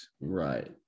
right